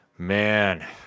Man